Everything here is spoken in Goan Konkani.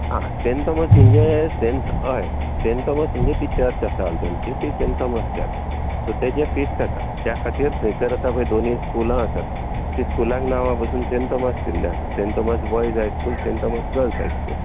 आं सेंट टॉमस म्हणजे सेंट हय सेंट टॉमस म्हणचे ती चर्च आसा हाल्दोणची ती सेंट थॉमस चर्च सो ताचें फिस्ट जाता त्या खातीर थंयसर आतां पळय दोनीं स्कुलां आसात ते स्कुलांक नांवां पासून सेंट थॉमस दिल्लें आसा saint Thomas boys high school saint Thomas girls high school